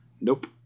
nope